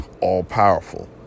all-powerful